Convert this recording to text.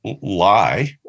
lie